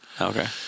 Okay